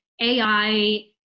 AI